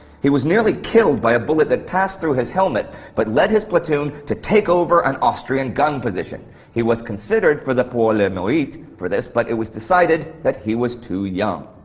he was nearly killed by a bullet that passed through his helmet, but led his platoon to take over an austrian gun position. he was considered for the pour-le-merite for this, but it was decided that he was too young.